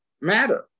matter